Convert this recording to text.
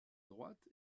droite